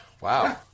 wow